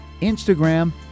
Instagram